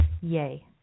Yay